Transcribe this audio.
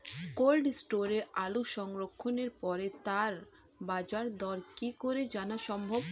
Cold স্টোরে আলু সংরক্ষণের পরে তার বাজারদর কি করে জানা সম্ভব?